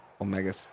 omega